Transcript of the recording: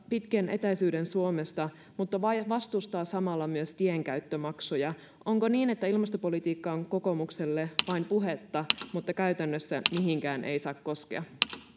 pitkien etäisyyksien suomesta mutta vastustaa samalla tienkäyttömaksuja onko niin että ilmastopolitiikka on kokoomukselle vain puhetta että käytännössä mihinkään ei saa koskea